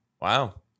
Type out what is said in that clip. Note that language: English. Wow